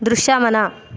దృశ్యమన